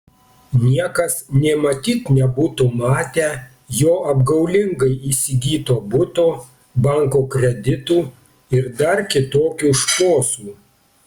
niekas nė matyt nebūtų matę jo apgaulingai įsigyto buto banko kreditų ir dar kitokių šposų